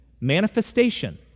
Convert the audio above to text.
manifestation